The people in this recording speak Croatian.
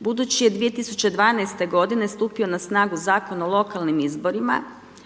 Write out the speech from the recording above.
Budući je 2012. g. stupio na snagu Zakon o lokalnim izborima